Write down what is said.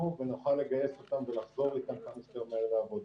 ונוכל לגייס אותם ולחזור איתם כמה שיותר מהר לעבודה.